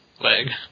leg